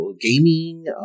gaming